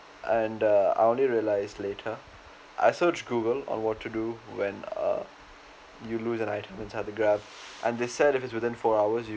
and uh I only realize later I searched google on what to do when uh you lose an item inside the grab and they said if it's within four hours you